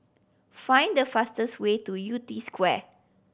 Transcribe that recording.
find the fastest way to Yew Tee Square